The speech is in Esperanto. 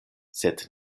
sed